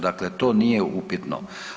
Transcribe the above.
Dakle to nije upitno.